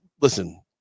listen